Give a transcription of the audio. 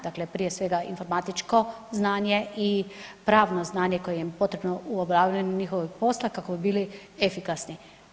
Dakle, prije svega informatičko znanje i pravno znanje koje im je potrebno u obavljanju njihovog posla kako bi bili efikasni.